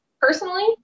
Personally